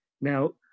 now